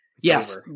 yes